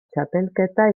txapelketa